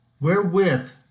wherewith